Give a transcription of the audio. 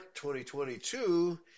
2022